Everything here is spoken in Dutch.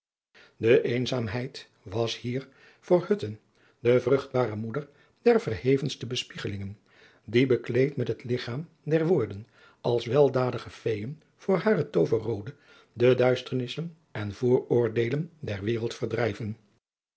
de eenzaamheid was hier voor hutten de vruchtbare moeder der verhevenste bespiegelingen die bekleed met het ligchaam der woorden als weldadige feën voor hare tooverrode de duisternissen en vooroordeelen der wereld